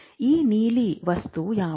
ಈ ನೀಲಿ ವಸ್ತು ಯಾವುದು